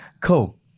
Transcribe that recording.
cool